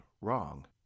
wrong